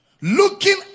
looking